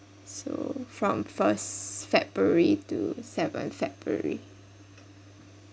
so from first february to seven february